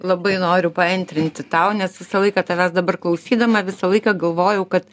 labai noriu paantrinti tau nes visą laiką tavęs dabar klausydama visą laiką galvojau kad